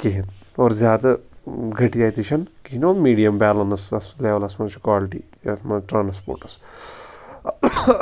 کِہیٖنۍ اور زیادٕ گٔٹیا تہِ چھَنہٕ کِہیٖنۍ اور میٖڈیَم بیلَنسَس لٮ۪ولَس منٛز چھِ کالٹی یَتھ منٛز ٹرٛانَسپوٹَس